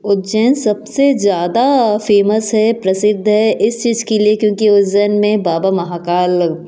उज्जैन सबसे ज़्यादा फेमस है प्रसिद्ध है इस चीज़ के लिए क्योंकि उज़्जैन में बाबा महाकाल